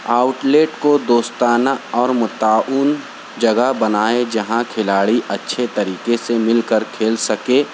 outlet کو دوستانہ اور متعاون جگہ بنائے جہاں کھلاڑی اچھے طریقے سے مل کر کھیل سکے